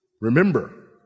Remember